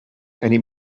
and